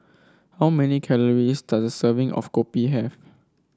how many calories does a serving of kopi have